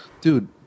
Dude